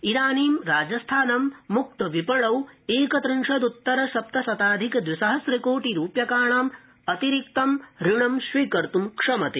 इदानी राजस्थानं मुक्तविपणौ एकत्रिंशदुत्तर सप्तशताधिक द्विसहस्रकोटि रूप्यकाणाम् अतिरिक्त ऋणं स्वीकर्तं क्षमते